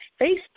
Facebook